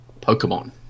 Pokemon